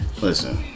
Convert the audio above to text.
listen